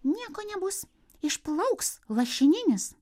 nieko nebus išplauks lašininis